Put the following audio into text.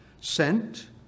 sent